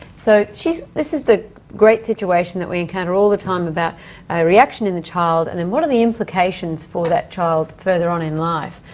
so this is the great situation that we encounter all the time about a reaction in the child and then what are the implications for that child further on in life.